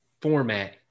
format